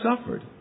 suffered